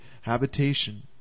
habitation